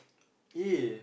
eh